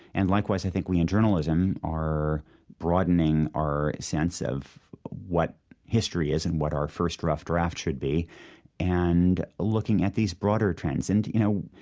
and likewise, i think we in journalism are broadening our sense of what history is and what our first rough draft should be and looking at these broader trends. and, you know,